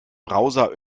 browser